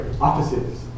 offices